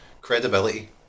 credibility